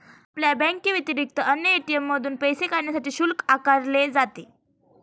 आपल्या बँकेव्यतिरिक्त अन्य ए.टी.एम मधून पैसे काढण्यासाठी शुल्क आकारले जाते